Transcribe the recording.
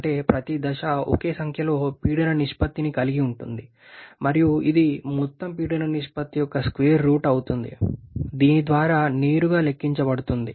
అంటే ప్రతి దశ ఒకే సంఖ్యలో పీడన నిష్పత్తిని కలిగి ఉంటుంది మరియు ఇది మొత్తం పీడన నిష్పత్తి యొక్క స్క్వేర్ రూట్ అవుతుంది దీని ద్వారా నేరుగా లెక్కించబడుతుంది